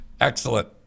Excellent